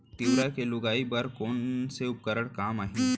तिंवरा के लुआई बर कोन से उपकरण काम आही?